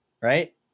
right